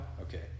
Okay